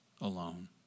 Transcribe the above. alone